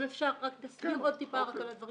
אם אפשר, תסכים עוד טיפה רק על הדברים